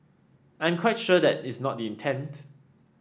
I'm quite sure that is not the intent